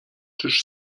czyż